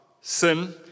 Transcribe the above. sin